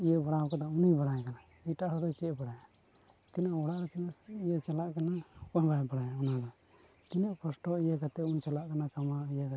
ᱤᱭᱟᱹ ᱵᱟᱲᱟ ᱠᱟᱫᱟᱭ ᱩᱱᱤ ᱵᱟᱲᱟᱭ ᱠᱟᱫᱟ ᱮᱴᱟᱜ ᱦᱚᱲ ᱫᱚ ᱪᱮᱫᱼᱮ ᱵᱟᱲᱟᱭᱟ ᱛᱤᱱᱟᱹᱜ ᱚᱲᱟᱜ ᱛᱤᱱᱟᱹᱜ ᱤᱭᱟᱹ ᱪᱟᱞᱟᱜ ᱠᱟᱱᱟ ᱚᱠᱚᱭ ᱦᱚᱸ ᱵᱟᱭ ᱵᱟᱲᱟᱭᱟ ᱚᱱᱟ ᱫᱚ ᱛᱤᱱᱟᱹᱜ ᱠᱚᱥᱴᱚ ᱤᱭᱟᱹ ᱠᱟᱛᱮᱫ ᱵᱚᱱ ᱪᱟᱞᱟᱜ ᱠᱟᱱᱟ ᱠᱟᱢᱟᱣ ᱤᱭᱟᱹ ᱠᱟᱛᱮᱫ